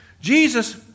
Jesus